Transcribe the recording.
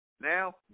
Now